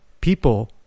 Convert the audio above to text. People